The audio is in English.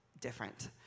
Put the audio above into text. different